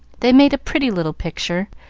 they made a pretty little picture,